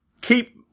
keep